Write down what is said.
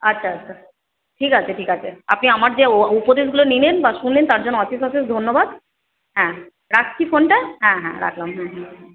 আচ্ছা আচ্ছা ঠিক আছে ঠিক আছে আপনি আমার যে উপদেশগুলো নিলেন বা শুনলেন তার জন্য অশেষ অশেষ ধন্যবাদ হ্যাঁ রাখছি ফোনটা হ্যাঁ হ্যাঁ রাখলাম হুম হুম হুম